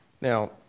Now